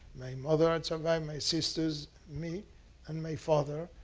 my mother and survived, my sisters, me and my father.